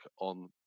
on